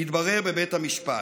יתברר בבית המשפט.